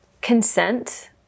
consent